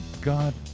god